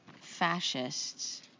fascists